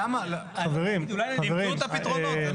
חברים, אל